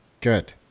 good